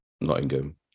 Nottingham